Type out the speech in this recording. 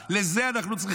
לזה אנחנו צריכים,